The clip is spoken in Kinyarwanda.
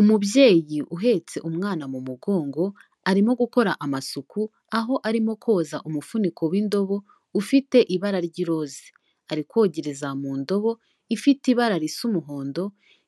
Umubyeyi uhetse umwana mu mugongo arimo gukora amasuku aho arimo koza umufuniko w'indobo ufite ibara ry'iroze, ari kogereza mu ndobo ifite ibara risa umuhondo,